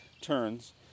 turns